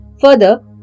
Further